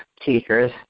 teachers